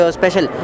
special